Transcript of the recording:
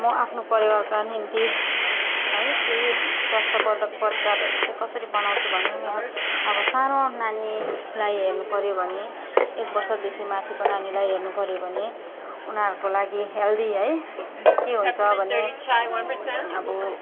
म आफ्नो परिवारका निम्ति है केही स्वस्थबर्धक परिकारहरू चाहिँ कसरी बनाउँछु भने मेरो अब सानो नानीलाई हेर्नु पऱ्यो भने एक बर्षदेखि माथिको नानीलाई हेर्नु पऱ्यो भने उनीहरूको लागि हेल्दी है के हुन्छ भने अब